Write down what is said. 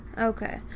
Okay